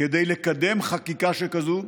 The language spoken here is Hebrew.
כדי לקדם חקיקה שכזאת,